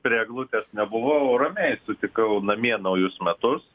prie eglutės nebuvau ramiai sutikau namie naujus metus